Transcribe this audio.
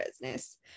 business